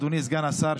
אדוני סגן השר,